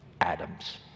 Adams